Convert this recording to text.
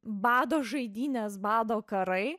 bado žaidynės bado karai